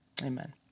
amen